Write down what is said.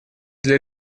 для